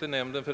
till nämndledamöter.